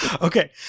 Okay